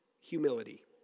humility